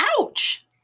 ouch